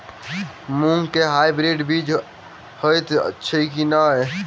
मूँग केँ हाइब्रिड बीज हएत अछि की नै?